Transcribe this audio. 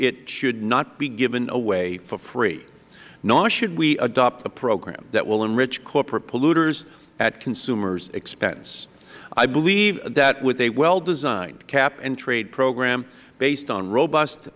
it should not be given away for free nor should we adopt a program that will enrich corporate polluters at consumers expense i believe that with a well designed cap and trade program based on robust